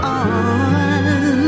on